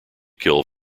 kill